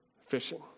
fishing